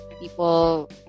People